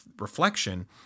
reflection